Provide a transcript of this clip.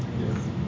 Yes